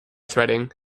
threading